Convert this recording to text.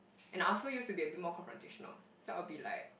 and I also used to be a bit more confrontational so I'll be like